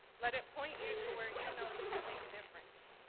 let it point you to where you know you can make a difference.